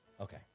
Okay